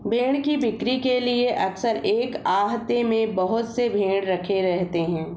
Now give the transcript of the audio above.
भेंड़ की बिक्री के लिए अक्सर एक आहते में बहुत से भेंड़ रखे रहते हैं